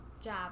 job